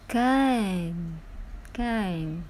kan kan